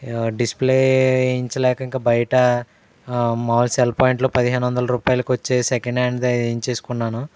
display వేయించలేక ఇంకా బయట మాములు సెల్ పాయింట్లో పదిహేను వందల రూపాయలకి వచ్చే సెకండ్ హాండ్దే వేయించేసుకున్నాను